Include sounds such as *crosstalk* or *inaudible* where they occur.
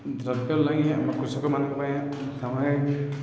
ଦ୍ରବ୍ୟ ଲାଗି ଆମ କୃଷକମାନଙ୍କ ପାଇଁ *unintelligible*